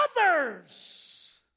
Others